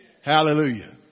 Hallelujah